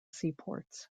seaports